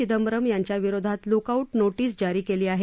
चिदंबरम यांच्याविरोधात lookout notice जारी केली आहे